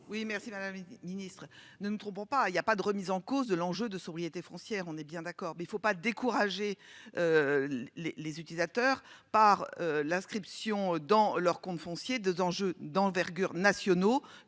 Oui merci Madame le Ministre ne nous trompons pas, il y a pas de remise en cause de l'enjeu de sobriété foncière. On est bien d'accord mais il ne faut pas décourager. Les les utilisateurs par l'inscription dans leurs comptes foncier de Denges d'envergure nationaux